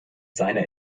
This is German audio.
seine